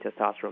testosterone